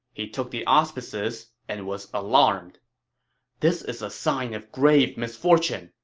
he took the auspices and was alarmed this is a sign of grave misfortune,